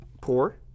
poor